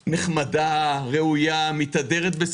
מצטער, כבוד היושב-ראש, שהזכרתי.